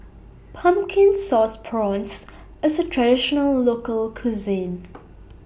Pumpkin Sauce Prawns IS A Traditional Local Cuisine